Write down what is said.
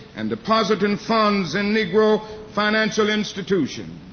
and depositing funds in negro financial institutions.